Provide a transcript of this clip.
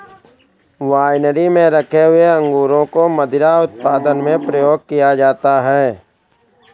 winery में रखे हुए अंगूरों को मदिरा उत्पादन में प्रयोग किया जाता है